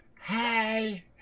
Hey